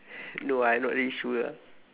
no ah I not really sure ah